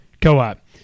co-op